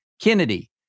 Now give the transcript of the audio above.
Kennedy